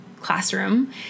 classroom